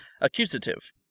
Accusative